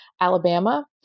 Alabama